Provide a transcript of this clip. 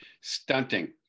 stunting